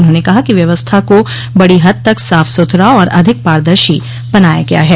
उन्होंने कहा कि व्यवस्था को बडो हद तक साफ सुथरा और अधिक पारदर्शी बनाया गया है